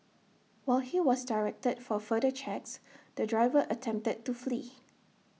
while he was directed for further checks the driver attempted to flee